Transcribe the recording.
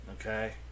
Okay